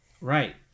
Right